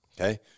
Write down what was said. okay